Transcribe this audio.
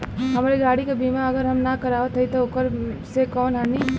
हमरे गाड़ी क बीमा अगर हम ना करावत हई त ओकर से कवनों हानि?